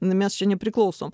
mes čia nepriklausom